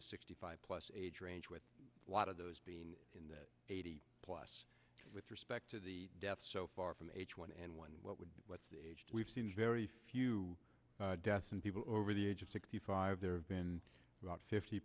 the sixty five plus age range with a lot of those being in that eighty plus with respect to the deaths so far from h one n one what would what we've seen is very few deaths and people over the age of sixty five there have been about fifty